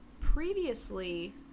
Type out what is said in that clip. Previously